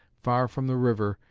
far from the river,